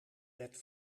wet